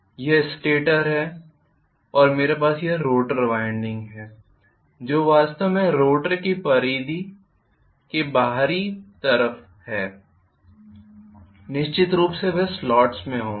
यह स्टेटर है और मेरे पास यह रोटर वाइंडिंग है जो वास्तव में रोटर की बाहरी परिधि में इस तरह है निश्चित रूप से वे स्लॉट में होंगे